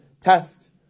test